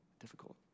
difficult